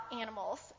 animals